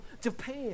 Japan